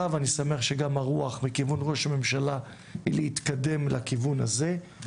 ואני שמח שגם הרוח מכיוון ראש הממשלה היא להתקדם לכיוון הזה,